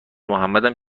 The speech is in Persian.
محمدم